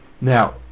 Now